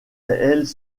elles